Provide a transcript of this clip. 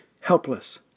helpless